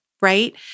right